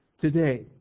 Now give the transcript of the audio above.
today